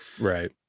right